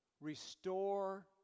restore